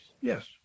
Yes